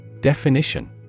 Definition